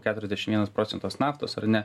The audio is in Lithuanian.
keturiasdešim vienas procentas naftos ar ne